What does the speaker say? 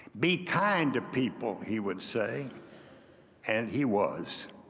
be kind to people, he would say and he was.